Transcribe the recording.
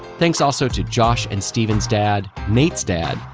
thanks also to josh and steven's dad, nate's dad,